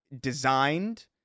designed